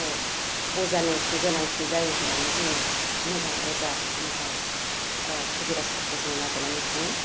अजानि गोनांथि जायो होननानै जोङो मोजां अजा मोजां खुबिरासफोरखौ जों नागिरनानै थाङो